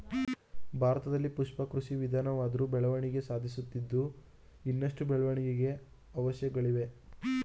ಭಾರತದಲ್ಲಿ ಪುಷ್ಪ ಕೃಷಿ ನಿಧಾನವಾದ್ರು ಬೆಳವಣಿಗೆ ಸಾಧಿಸುತ್ತಿದ್ದು ಇನ್ನಷ್ಟು ಬೆಳವಣಿಗೆಗೆ ಅವಕಾಶ್ಗಳಿವೆ